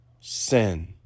sin